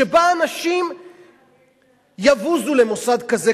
שבה אנשים יבוזו למוסד כזה,